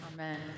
Amen